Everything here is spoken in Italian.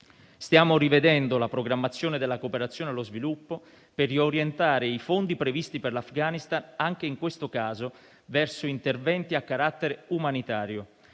Stiamo rivedendo la programmazione della cooperazione allo sviluppo per riorientare i fondi previsti per l'Afghanistan anche in questo caso verso interventi a carattere umanitario.